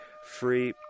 Free